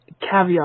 Caveat